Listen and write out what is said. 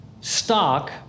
stock